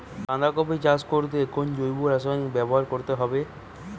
বাঁধাকপি চাষ করতে কোন জৈব রাসায়নিক ব্যবহার করতে হবে?